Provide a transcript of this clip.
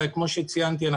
כמו שציינתי,